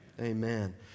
Amen